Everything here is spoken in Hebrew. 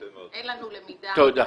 אין לנו למידה פרונטלית.